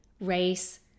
race